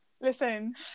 Listen